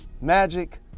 Magic